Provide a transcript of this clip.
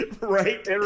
right